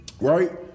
right